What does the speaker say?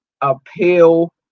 appeal